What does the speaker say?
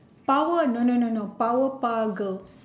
power no no no no power puff girl